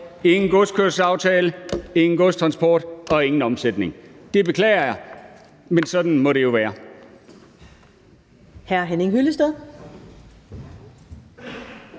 ingen godskørselsaftale, ingen godstransport og ingen omsætning. Det beklager jeg, men sådan må det jo være.